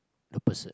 the person